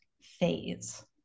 phase